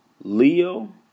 Leo